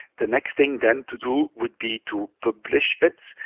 the next thing then to do would be to publish it,